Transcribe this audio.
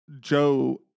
Joe